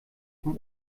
vom